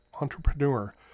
entrepreneur